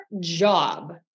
job